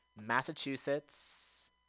Massachusetts